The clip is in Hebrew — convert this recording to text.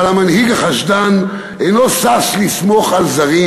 אבל המנהיג החשדן אינו שש לסמוך על זרים.